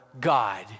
God